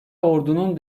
ordunun